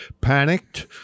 Panicked